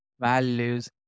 values